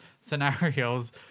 scenarios